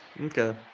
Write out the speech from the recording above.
Okay